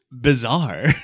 Bizarre